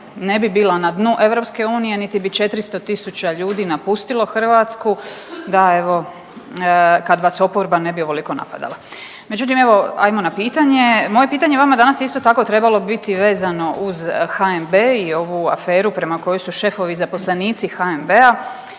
ne bi bila na dnu EU niti bi 400.000 ljudi napustilo Hrvatsku da evo kad vas oporba ne bi ovoliko napadala. Međutim, evo ajmo na pitanje, moje pitanje vama danas isto tako trebalo bi biti uz HNB i ovu aferu prema kojoj su šefovi zaposlenici HNB-a